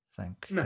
Thank